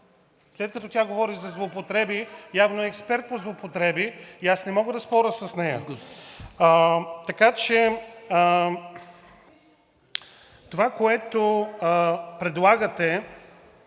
След като тя говори за злоупотреби, явно е експерт по злоупотреби и аз не мога да споря с нея. Така че това, което предлагате,